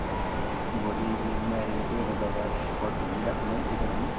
ए भोली इभिनिङमा एक दुईवटा जग्गा स्पट घुमिराखौँ है त्यसो भने